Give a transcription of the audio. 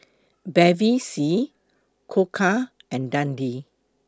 Bevy C Koka and Dundee